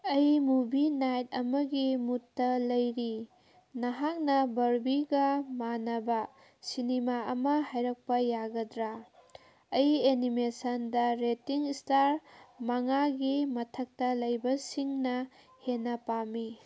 ꯑꯩ movie night ꯑꯃꯒꯤ ꯃꯨꯠꯇ ꯂꯩꯔꯤ ꯅꯍꯥꯛꯅ ꯕꯥꯔꯕꯤꯒ ꯃꯥꯟꯅꯕ ꯁꯤꯅꯦꯃꯥ ꯑꯃ ꯍꯥꯏꯔꯛꯄ ꯌꯥꯒꯗ꯭ꯔꯥ ꯑꯩ ꯑꯦꯅꯤꯃꯦꯁꯟꯗ ꯔꯦꯠꯇꯤꯡ ꯏꯁꯇꯥꯔ ꯃꯉꯥꯒꯤ ꯃꯊꯛꯇ ꯂꯩꯕꯁꯤꯡꯅ ꯍꯦꯟꯅ ꯄꯥꯝꯃꯤ